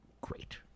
great